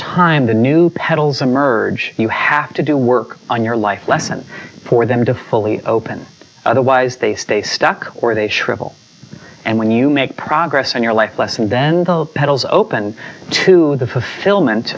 time the new petals emerge you have to do work on your life lesson for them to fully open otherwise they stay stuck or they shrivel and when you make progress in your life lesson dental petals opened to the fulfillment